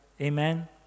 Amen